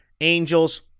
Angels